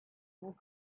was